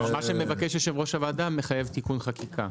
מה שמבקש יושב-ראש הוועדה מחייב תיקון חקיקה.